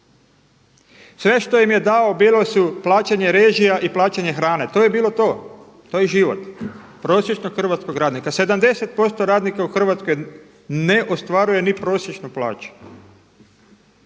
Sve što im je dao bilo su plaćanje režija i plaćanje hrane. To je bilo to. To je život prosječnog hrvatskog radnika. 70 posto radnika u Hrvatskoj ne ostvaruje ni prosječnu plaću.